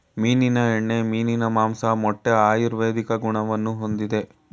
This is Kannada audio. ಮೀನಿನ ಎಣ್ಣೆ, ಮೀನಿನ ಮಾಂಸ, ಮೊಟ್ಟೆ ಆಯುರ್ವೇದಿಕ್ ಗುಣವನ್ನು ಹೊಂದಿದೆ